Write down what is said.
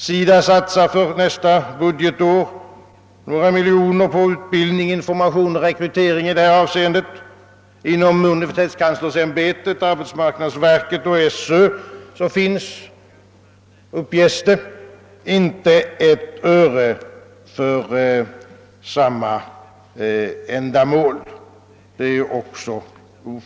SIDA satsar nästa budgetår några miljoner på utbildning, information och rekrytering i det avseendet. Inom universitetskanslersämbetet, arbetsmarknadsverket och skolöverstyrelsen finns — uppges det — inte ett öre för samma ändamål.